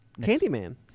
Candyman